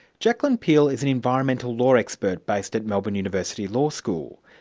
jacqueline peel is an environmental law expert based at melbourne university law school.